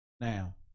Now